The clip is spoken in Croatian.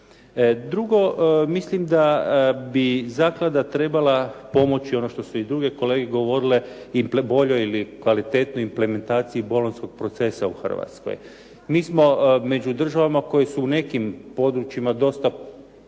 Drugo, mislim da bi zaklada trebala pomoći, ono što su i druge kolege govorile, boljoj ili kvalitetnoj implementaciji bolonjskog procesa u Hrvatskoj. Mi smo među državama koje su u nekim područjima dosta